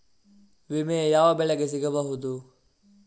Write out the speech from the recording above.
ವಿಮೆ ಯಾವ ಬೆಳೆಗೆ ಸಿಗಬಹುದು?